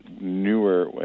newer